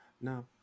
no